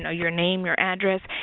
ah your name, your address.